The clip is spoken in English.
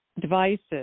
devices